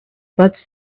bud